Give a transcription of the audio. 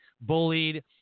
bullied